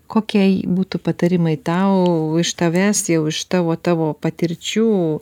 kokie būtų patarimai tau iš tavęs jau iš tavo tavo patirčių